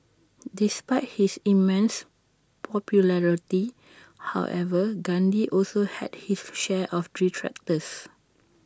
despite his immense popularity however Gandhi also had his share of detractors